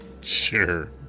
sure